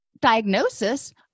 diagnosis